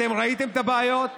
אתם ראיתם את הבעיות,